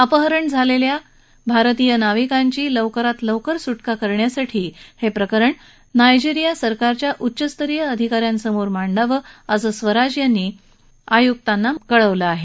अपहरण झालेल्या भारतीय नाविकांची लवकरात लवकर सुटका करण्यासाठी हे प्रकरण नायजेरिया सरकारच्या उच्चस्तरीय अधिकाऱ्यांसमोर मांडावं असं स्वराज यांनी नायजेरियातल्या उच्चायुक्तांना कळवलं आहे